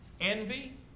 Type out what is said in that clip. envy